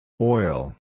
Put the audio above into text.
Oil